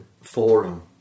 Forum